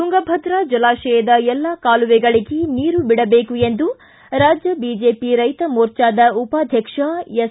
ತುಂಗಭದ್ರ ಜಲಾಶಯದ ಎಲ್ಲಾ ಕಾಲುವೆಗಳಿಗೆ ನೀರು ಬಿಡಬೇಕು ಎಂದು ರಾಜ್ಯ ಬಿಜೆಪಿ ರೈತ ಮೋರ್ಚಾದ ಉಪಾಧ್ಯಕ್ಷ ಎಸ್